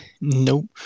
Nope